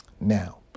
Now